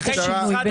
בבקשה.